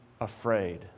afraid